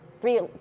three